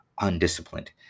undisciplined